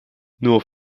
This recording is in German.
nur